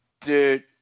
Dude